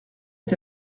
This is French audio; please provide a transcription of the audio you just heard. est